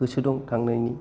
गोसो दं थांनायनि